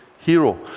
hero